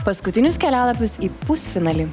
paskutinius kelialapius į pusfinalį